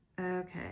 okay